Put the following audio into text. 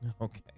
Okay